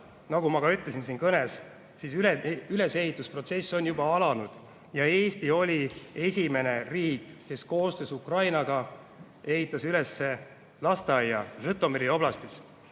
nagu ma ka ütlesin siin kõnes, ülesehitusprotsess on juba alanud. Eesti oli esimene riik, kes koostöös Ukrainaga ehitas lasteaia Žõtomõri oblastis.